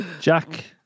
Jack